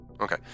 Okay